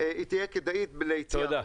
היא תהיה כדאית ליציאה החוצה.